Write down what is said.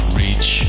reach